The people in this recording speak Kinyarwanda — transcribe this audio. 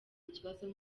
ikibazo